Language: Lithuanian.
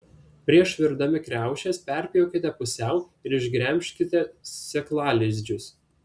prieš virdami kriaušes perpjaukite pusiau ir išgremžkite sėklalizdžius